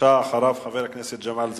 ואחריו, חבר הכנסת ג'מאל זחאלקה.